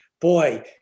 boy